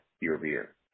year-over-year